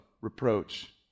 reproach